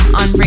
on